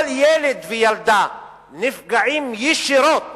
כל ילד וילדה, נפגעים ישירות